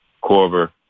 Corver